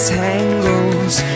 tangles